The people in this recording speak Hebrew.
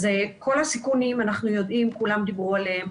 אז כל הסיכונים, אנחנו יודעים, כולם דיברו עליהם.